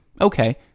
okay